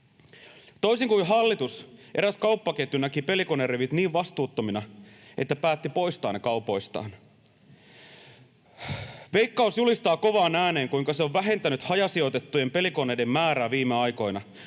Toisin kuin hallitus, eräs kauppaketju näki pelikonerivit niin vastuuttomina, että päätti poistaa ne kaupoistaan. Veikkaus julistaa kovaan ääneen, kuinka se on vähentänyt hajasijoitettujen pelikoneiden määrää viime aikoina.